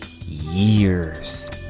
years